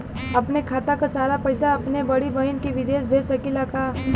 अपने खाते क सारा पैसा अपने बड़ी बहिन के विदेश भेज सकीला का?